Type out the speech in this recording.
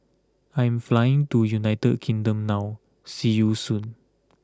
I am flying to United Kingdom now see you soon